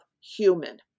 human